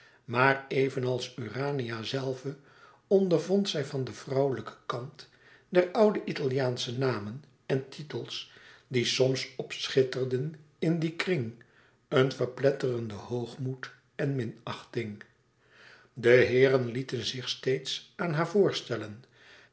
maar evenals urania zelve ondervond zij van den vrouwelijken kant der oude italiaansche namen en titels die soms opschitterden in dien kring een verpletterenden hoogmoed en minachting de heeren lieten zich steeds aan haar voorstellen